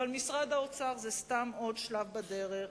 אבל משרד האוצר זה סתם עוד שלב בדרך,